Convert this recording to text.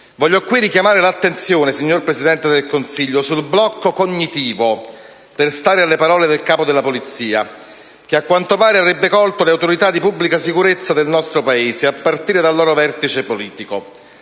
Voglio qui richiamare l'attenzione, signor Presidente del Consiglio, sul blocco cognitivo - per stare alle parole del Capo della Polizia - che a quanto pare avrebbe colto le autorità di pubblica sicurezza del nostro Paese, a partire dal loro vertice politico.